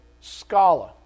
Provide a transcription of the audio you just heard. scholar